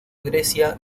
grecia